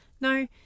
No